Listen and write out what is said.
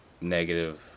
negative